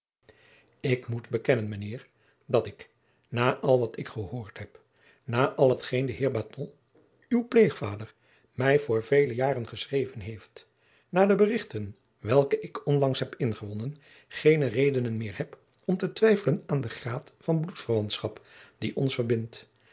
ik moet bekennen mijnheer dat ik na al wat ik gehoord heb na al hetgeen de heer baton uw pleegvader mij voor vele jaren geschreven heeft na de berichten welke ik onlangs heb ingewonnen geene redenen meer heb om te twijjacob van lennep de pleegzoon felen aan den graad van bloedverwantschap die ons verbindt